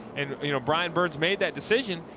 and you know brian burns made that decision,